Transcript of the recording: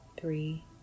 three